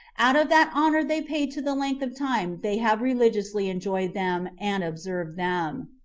out of that honor they pay to the length of time they have religiously enjoyed them and observed them.